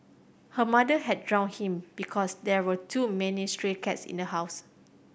her mother had drowned him because there were too many stray cats in the house